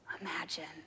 Imagine